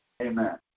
Amen